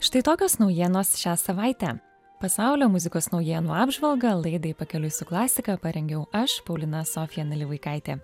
štai tokios naujienos šią savaitę pasaulio muzikos naujienų apžvalgą laidai pakeliui su klasika parengiau aš paulina sofija nalivaikaitė